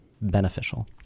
beneficial